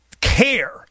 care